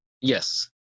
Yes